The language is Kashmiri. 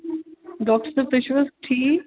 ڈاکٹر صٲب تُہۍ چھِو حظ ٹھیٖک